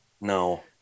No